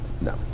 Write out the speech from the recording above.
No